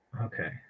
Okay